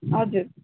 हजुर